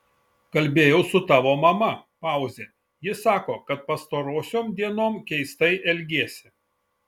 kalbėjau su tavo mama pauzė ji sako kad pastarosiom dienom keistai elgiesi